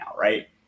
right